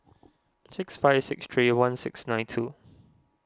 six five six three one six nine two